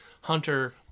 hunter